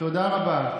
תודה רבה.